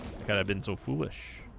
god i've been so foolish